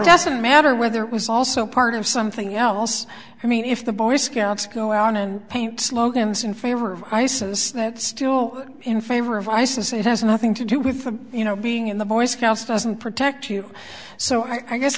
doesn't matter whether it was also part of something else i mean if the boy scouts go out and paint slogans in favor of isis that still in favor of isis it has nothing to do with the you know being in the boy scouts doesn't protect you so i guess